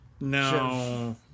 No